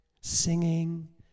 Singing